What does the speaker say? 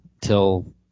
till